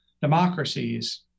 democracies